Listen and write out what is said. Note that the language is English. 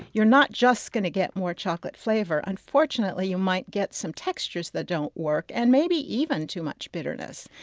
you're not just going to get more chocolate flavor, unfortunately you might get some textures that don't work and maybe even too much bitterness.